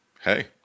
Hey